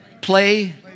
Play